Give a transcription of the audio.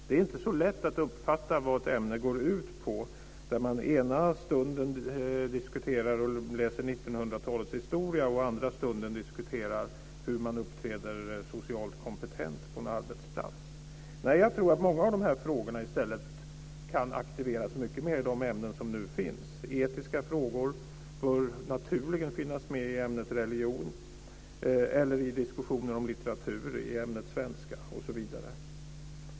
Det är inte så lätt att uppfatta vad ett ämne går ut på där man ena stunden diskuterar och läser 1900 talets historia och andra stunden diskuterar hur man uppträder socialt kompetent på en arbetsplats. Jag tror att många av frågorna kan aktiveras i de ämnen som nu finns. Etiska frågor bör naturligen finnas med i ämnet religion eller i diskussioner om litteratur i ämnet svenska, osv.